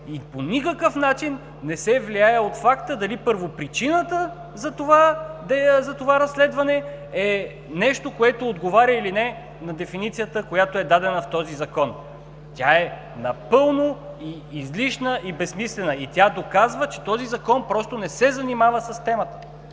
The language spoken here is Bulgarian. и по никакъв начин не се влияе от факта дали първопричината за това разследване е нещо, което отговаря или не на дефиницията, която е дадена в този Закон. Тя е напълно излишна и безсмислена. И тя доказва, че този Закон просто не се занимава с темата.